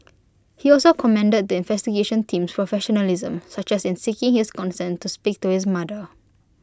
he also commended the investigation team's professionalism such as in seeking his consent to speak to his mother